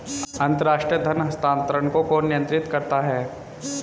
अंतर्राष्ट्रीय धन हस्तांतरण को कौन नियंत्रित करता है?